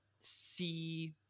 see